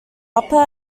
upper